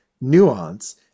nuance